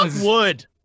wood